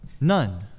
None